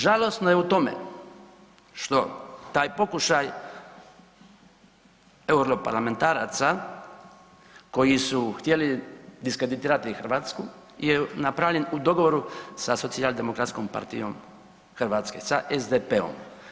Žalosno je u tome što taj pokušaj europarlamentaraca koji su htjeli diskreditirati Hrvatsku je napravljen u dogovoru sa Socijaldemokratskom partijom Hrvatske, sa SDP-om.